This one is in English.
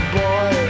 boy